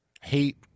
hate